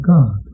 God